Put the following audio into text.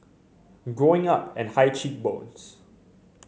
growing up and high cheek bones